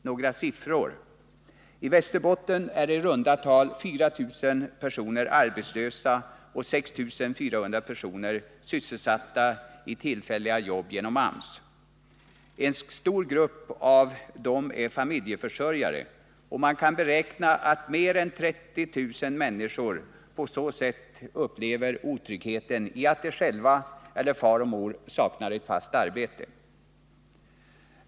Några siffror: I Västerbotten är i runt tal 4 000 personer arbetslösa och 6 400 personer sysselsatta i tillfälliga jobb genom AMS. En stor grupp av dessa är familjeförsörjare, och man kan beräkna att mer än 30 000 människor på så sätt upplever otryggheten i att de själva eller far och mor saknar ett fast arbete.